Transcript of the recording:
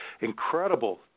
incredible